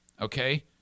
Okay